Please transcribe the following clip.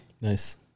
Nice